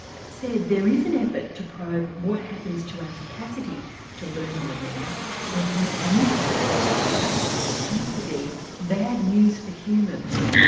that said there is an effort to probe what happens to our capacity to learn and remember when we miss sleep and don't we all and it seems to be bad news for humans.